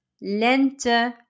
lente